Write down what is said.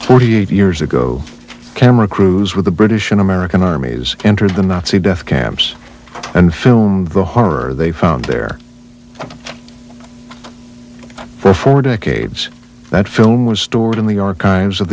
forty eight years ago camera crews with the british and american armies entered the nazi death camps and filmed the horror they found there for four decades that film was stored in the archives of